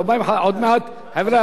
חבר'ה,